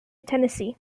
tennessee